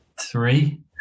Three